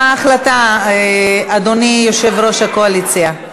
מה ההחלטה, אדוני יושב-ראש הקואליציה?